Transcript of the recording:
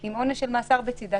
עם עונש של מאסר בצידה,